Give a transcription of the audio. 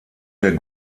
der